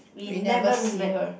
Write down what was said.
we never see her